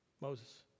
Moses